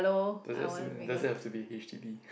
does it look does it have to be h_d_b